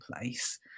place